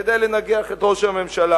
כדי לנגח את ראש הממשלה.